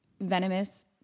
venomous